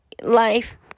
life